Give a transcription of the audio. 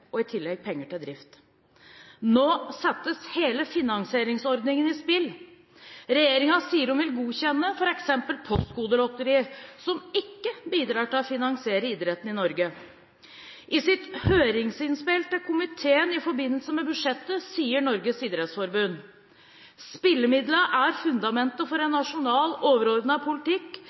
og i tillegg penger til drift. Nå settes hele finansieringsordningen på spill. Regjeringen sier at den vil godkjenne f.eks. Postkodelotteriet, som ikke bidrar til å finansiere idretten i Norge. I sitt høringsinnspill til komiteen i forbindelse med budsjettet, sier Norges Idrettsforbund: «Spillemidlene er fundamentet for en nasjonal overordnet politikk